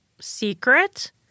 secret